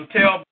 Tell